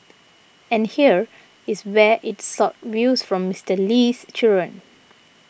and here is where it sought views from Mister Lee's children